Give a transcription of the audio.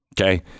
Okay